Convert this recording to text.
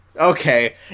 Okay